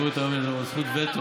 למשרד הבריאות יש היום זכות וטו,